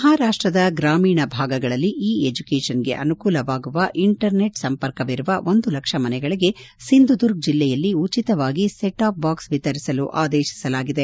ಮಹಾರಾಷ್ಟದ ಗ್ರಾಮೀಣ ಭಾಗಗಳಲ್ಲಿ ಇ ಎಜ್ಯಕೇಷನ್ಗೆ ಅನುಕೂಲವಾಗುವ ಇಂಟರ್ನೆಟ್ ಸಂಪರ್ಕವಿರುವ ಒಂದು ಲಕ್ಷ ಮನೆಗಳಿಗೆ ಸಿಂಧುದುರ್ಗ್ ಜಿಲ್ಲೆಯಲ್ಲಿ ಉಚಿತವಾಗಿ ಸೆಟ್ಫ್ ಬಾಕ್ಸ್ ವಿತರಿಸಲು ಆದೇಶಿಸಲಾಗಿದೆ